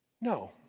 No